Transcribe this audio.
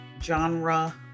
genre